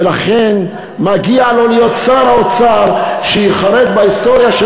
ולכן מגיע לו להיות שר האוצר שייחרת בהיסטוריה של